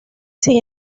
sin